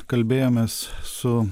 kalbėjomės su